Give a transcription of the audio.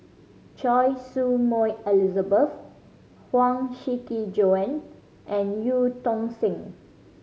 Choy Su Moi Elizabeth Huang Shiqi Joan and Eu Tong Sen